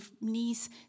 knees